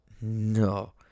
No